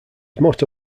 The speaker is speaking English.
motto